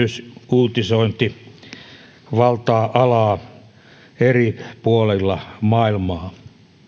uutisointi valtaa alaa eri puolilla maailmaa